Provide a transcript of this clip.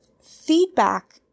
Feedback